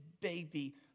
baby